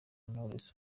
knowless